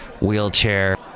wheelchair